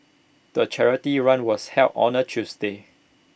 the charity run was held on A Tuesday